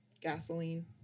Gasoline